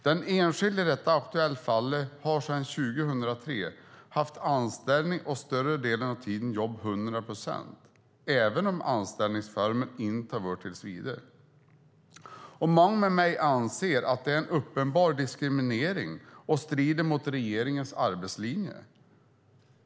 Den enskilde i det aktuella fallet har sedan 2003 haft anställning och större delen av tiden jobbat 100 procent även om anställningsformen inte har varit tills vidare. Många med mig anser att det är en uppenbar diskriminering och strider mot regeringens arbetslinje.